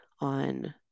on